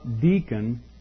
deacon